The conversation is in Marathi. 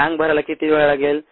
टँक भरायला किती वेळ लागेल